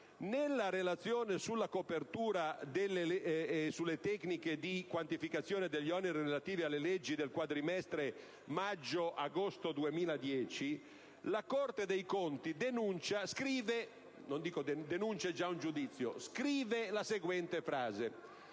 Nella relazione sulla copertura e sulle tecniche di quantificazione degli oneri relativi alle leggi del quadrimestre maggio-agosto 2010, la Corte dei conti scrive - non dico